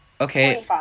Okay